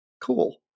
cool